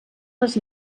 les